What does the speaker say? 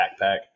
backpack